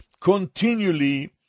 continually